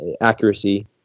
accuracy